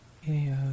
Hey